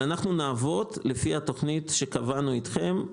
אנחנו נעבוד לפי התכנית שקבענו איתכם.